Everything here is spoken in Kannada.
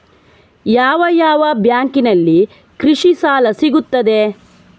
ಯಾವ ಯಾವ ಬ್ಯಾಂಕಿನಲ್ಲಿ ಕೃಷಿ ಸಾಲ ಸಿಗುತ್ತದೆ?